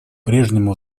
прежнему